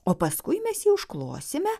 o paskui mes jį užklosime